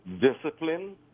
discipline